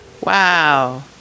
Wow